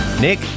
Nick